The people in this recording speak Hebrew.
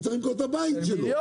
הוא צריך למכור את הבית שלו.